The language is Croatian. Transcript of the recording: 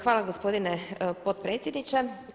Hvala gospodine potpredsjedniče.